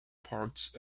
parks